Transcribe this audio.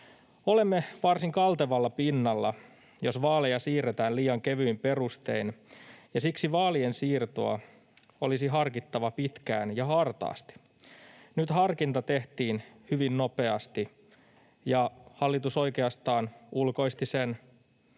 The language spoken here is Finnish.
Olemme varsin kaltevalla pinnalla, jos vaaleja siirretään liian kevyin perustein, ja siksi vaalien siirtoa olisi harkittava pitkään ja hartaasti. Nyt harkinta tehtiin hyvin nopeasti, ja hallitus oikeastaan ulkoisti sen